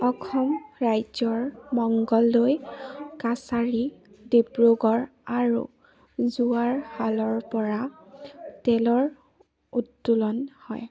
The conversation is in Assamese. অসম ৰাজ্যৰ মংগলদৈ কাছাৰী ডিব্ৰুগড় আৰু যোৱাৰশালৰপৰা তেলৰ উতদোলন হয়